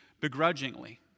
begrudgingly